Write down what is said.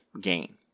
gain